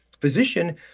physician